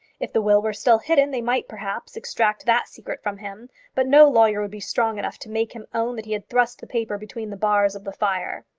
if the will were still hidden, they might, perhaps, extract that secret from him but no lawyer would be strong enough to make him own that he had thrust the paper between the bars of the fire.